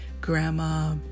grandma